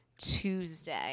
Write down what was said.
Tuesday